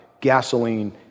gasoline